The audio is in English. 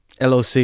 LOC